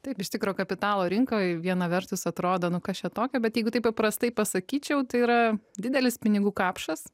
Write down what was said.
taip iš tikro kapitalo rinkoj viena vertus atrodo nu kas čia tokio bet jeigu taip paprastai pasakyčiau tai yra didelis pinigų kapšas